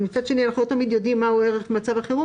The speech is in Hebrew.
אבל מצד שני אנחנו לא תמיד יודעים מה יעורר את מצב החירום